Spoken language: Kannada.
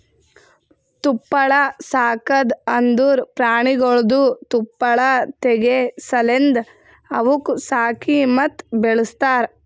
ತುಪ್ಪಳ ಸಾಕದ್ ಅಂದುರ್ ಪ್ರಾಣಿಗೊಳ್ದು ತುಪ್ಪಳ ತೆಗೆ ಸಲೆಂದ್ ಅವುಕ್ ಸಾಕಿ ಮತ್ತ ಬೆಳಸ್ತಾರ್